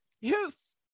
Yes